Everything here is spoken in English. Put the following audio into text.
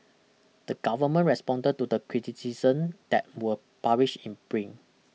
the government responded to the criticisms that were published in print